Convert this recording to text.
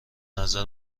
نظر